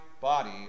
body